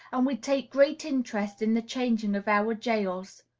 and we take great interest in the changing of our jails.